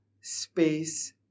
space